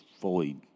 fully